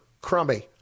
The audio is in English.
crummy